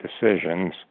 decisions